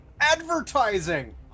Advertising